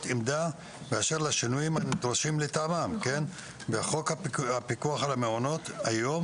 עמדה באשר לשינויים הנדרשים לטעמם בחוק הפיקוח על מעונות היום